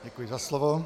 Děkuji za slovo.